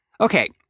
Okay